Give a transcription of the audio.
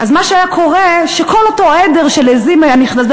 אז מה שהיה קורה, שכל אותו עדר של עזים היה נכנס.